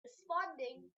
responding